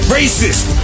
racist